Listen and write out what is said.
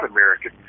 American